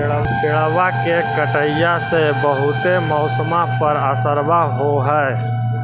पेड़बा के कटईया से से बहुते मौसमा पर असरबा हो है?